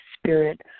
Spirit